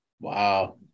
Wow